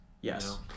Yes